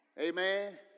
amen